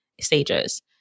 stages